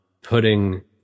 putting